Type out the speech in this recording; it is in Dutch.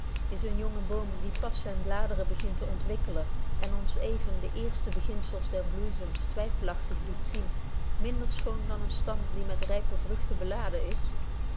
is een jonge boom die pas zyne bladeren begint te ontwikkelen en ons even de eerste beginzels der betje wolff proeve over de opvoeding bloeizems twyffelagtig doet zien minder schoon dan een stam die met rype vrugten beladen is